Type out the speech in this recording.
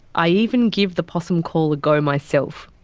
i even give the possum call a go myself,